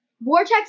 Vortex